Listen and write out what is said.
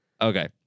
Okay